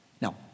Now